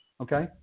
Okay